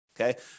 Okay